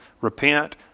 Repent